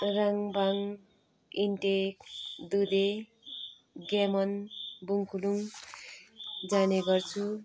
राङभाङ इन्टेक दुधे ग्यामन बुङकुलुङ जाने गर्छु